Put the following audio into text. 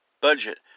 budget